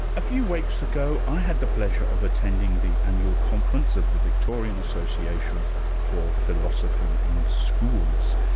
a few weeks ago i had the pleasure of attending the annual conference of the victorian association for philosophy in schools,